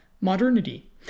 modernity